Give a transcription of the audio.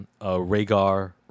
Rhaegar